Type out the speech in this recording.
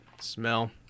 smell